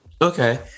Okay